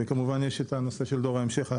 וכמובן יש את הנושא של דור ההמשך,